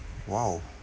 !wow!